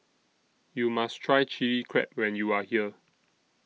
YOU must Try Chili Crab when YOU Are here